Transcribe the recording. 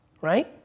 right